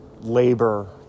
labor